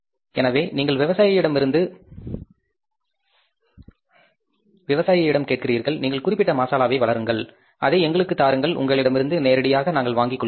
எனவே நீங்கள் விவசாயியிடம் கேட்கிறீர்கள் நீங்கள் குறிப்பிட்ட மசாலாவை வளருங்கள் அதை எங்களுக்குத் தாருங்கள் உங்களிடமிருந்து நேரடியாக நாங்கள் வாங்கிக் கொள்கின்றோம்